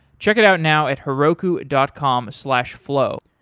check it out now at heroku dot com slash flow.